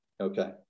Okay